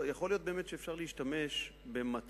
יכול להיות שבאמת אפשר להשתמש במטבעות